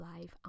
life